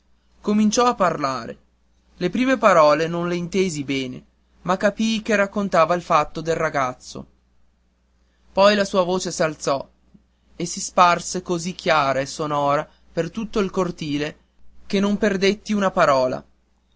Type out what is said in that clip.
cominciò a parlare le prime parole non le intesi bene ma capii che raccontava il fatto del ragazzo poi la sua voce s'alzò e si sparse così chiara e sonora per tutto il cortile che non perdetti più una parola